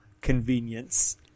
convenience